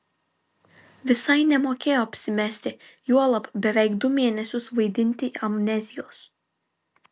visai nemokėjo apsimesti juolab beveik du mėnesius vaidinti amnezijos